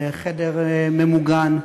לחדר ממוגן.